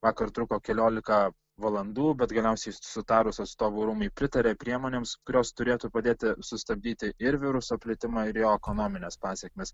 vakar truko keliolika valandų bet galiausiai sutarus atstovų rūmai pritarė priemonėms kurios turėtų pradėti sustabdyti ir viruso plitimą ir jo ekonomines pasekmes